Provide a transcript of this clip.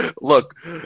Look